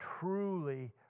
truly